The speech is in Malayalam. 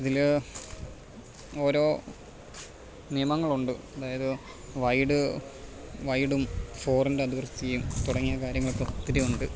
ഇതില് ഓരോ നിയമങ്ങളുണ്ട് അതായത് വൈഡ് വൈഡും ഫോറിൻ്റെ അതിവ്യത്തിയും തുടങ്ങിയ കാര്യങ്ങളൊക്കെ ഒത്തിരിയുണ്ട്